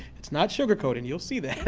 it's not sugar-coated and you'll see that